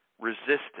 resistance